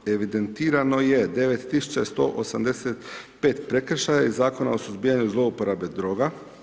Evidentirano je 9 tisuća 185 prekršaja i Zakona o suzbijanju zlouporabe droga.